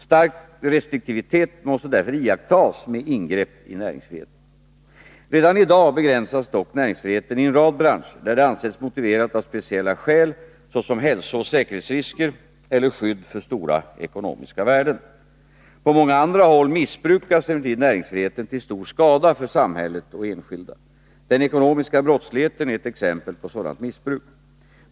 Stark restriktivitet måste därför iakttas med ingrepp i näringsfriheten. Redan i dag begränsas dock näringsfriheten i en rad branscher, där det ansetts motiverat av speciella skäl såsom hälsooch säkerhetsrisker eller skydd för stora ekonomiska värden. På många andra håll missbrukas emellertid näringsfriheten till stor skada för samhället och enskilda. Den ekonomiska brottsligheten är ett exempel på sådant missbruk.